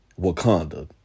Wakanda